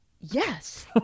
Yes